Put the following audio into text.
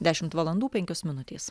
dešimt valandų penkios minutės